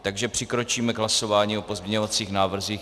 Takže přikročíme k hlasování o pozměňovacích návrzích.